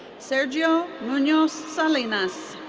sergio munoz salinas.